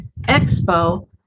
expo